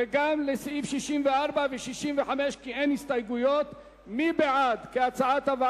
לסעיף 61(5). יש הסתייגות של חברת כנסת שלי יחימוביץ וקבוצת מרצ,